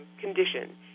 condition